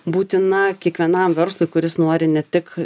būtina kiekvienam verslui kuris nori ne tik